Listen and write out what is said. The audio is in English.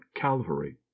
Calvary